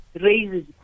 raises